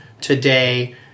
today